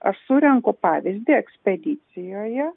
aš surenku pavyzdį ekspedicijoje